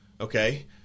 okay